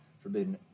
forbidden